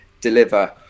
deliver